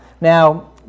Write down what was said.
Now